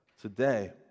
today